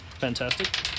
fantastic